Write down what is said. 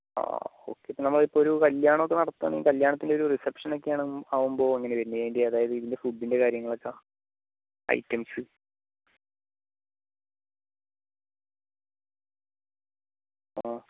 ആ ഒക്കെ നമ്മൾ ഇപ്പോൾ ഒരു കല്യാണം ഒക്കെ നടത്താൻ ആണെങ്കിൽ കല്യാണത്തിൻ്റെ ഒരു റിസെപ്ഷൻ ഒക്കെ ആകുമ്പോൾ എങ്ങനെ വരുന്നത് അതായത് ഇതിൻ്റെ ഫുഡിൻ്റെ കാര്യങ്ങളൊക്കെ ഐറ്റംസ് ആ